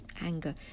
anger